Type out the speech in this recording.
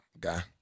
guy